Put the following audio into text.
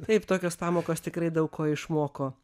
taip tokios pamokos tikrai daug ko išmoko